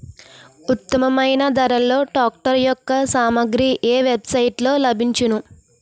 ఉత్తమమైన ధరలో ట్రాక్టర్ యెక్క సామాగ్రి ఏ వెబ్ సైట్ లో లభించును?